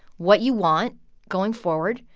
what you want going forward.